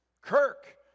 Kirk